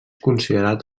considerat